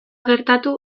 gertatu